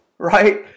right